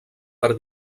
per